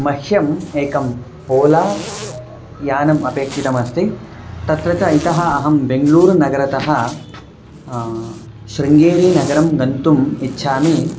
मह्यम् एकम् ओला यानम् अपेक्षितमस्ति तत्र च इतः अहं बेङ्गलूरुनगरतः शृङ्गेरीनगरं गन्तुम् इच्छामि